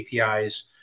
apis